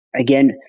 again